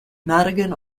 madigan